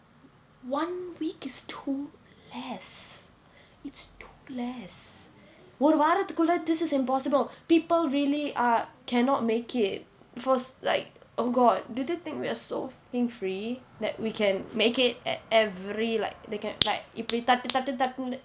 one week is too less it's too less ஒரு வாரத்துக்குள்ள:oru vaarathukkulla this is impossible people really uh cannot make it because like oh god did they think we're so fucking free that we can make it at every like they can like இப்படி தட்டு தட்டு தட்டுன்னு:ippadi thattu thattu thattunnu